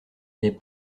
n’est